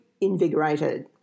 invigorated